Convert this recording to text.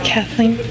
Kathleen